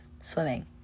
swimming